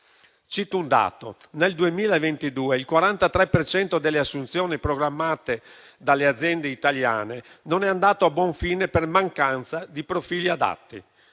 Cito un dato: nel 2022, il 43 per cento delle assunzioni programmate dalle aziende italiane non è andato a buon fine per mancanza di profili adatti.